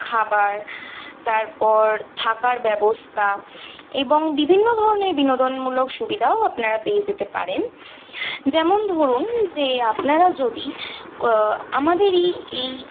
খাবার তারপর থাকার ব্যবস্তা এবং বিভিন্ন ধরনের বিনোদনমূলক সুবিধাও আপনারা পেয়ে যেতে পারেন যেমন ধরুন যে আপনারা যদি আমাদের এই এই